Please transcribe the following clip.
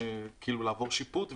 כאילו לעבור שיפוץ,